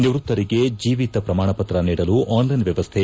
ನಿವ್ಯಕ್ತರಿಗೆ ಜೀವಿತ ಪ್ರಮಾಣ ಪತ್ರ ನೀಡಲು ಆನ್ಲೈನ್ ವ್ಯವಸ್ಥೆ